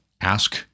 ask